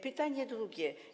Pytanie drugie.